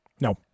No